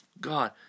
God